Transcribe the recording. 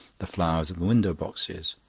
the flowers in the window-boxes.